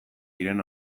diren